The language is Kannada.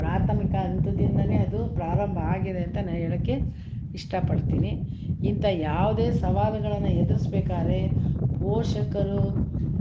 ಪ್ರಾಥಮಿಕ ಹಂತದಿಂದಲೇ ಅದು ಪ್ರಾರಂಭ ಆಗಿದೆ ಅಂತ ನಾನು ಹೇಳೋಕೆ ಇಷ್ಟಪಡ್ತೀನಿ ಇಂಥ ಯಾವುದೇ ಸವಾಲುಗಳನ್ನ ಎದುರಿಸ್ಬೇಕಾದ್ರೆ ಪೋಷಕರು ಮತ್ತು